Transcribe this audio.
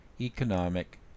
economic